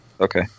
Okay